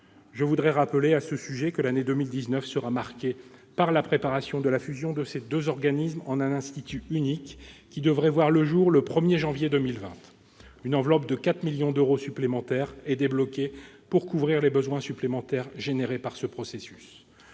Je voudrais rappeler, à ce sujet, que l'année 2019 sera marquée par la préparation de la fusion de ces deux organismes en un institut unique, qui devrait voir le jour le 1 janvier 2020. Il était temps ! Une enveloppe de 4 millions d'euros supplémentaires est débloquée pour couvrir les besoins engendrés par ce processus.